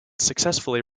successfully